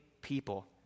people